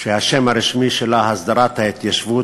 והשם הרשמי שלה הוא הצעת חוק להסדרת התיישבות